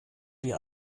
wir